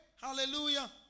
hallelujah